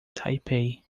taipei